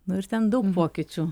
nu ir ten daug pokyčių